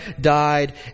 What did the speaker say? died